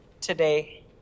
today